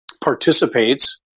participates